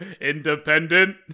independent